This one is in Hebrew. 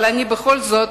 אבל בכל זאת,